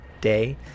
day